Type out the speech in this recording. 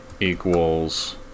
equals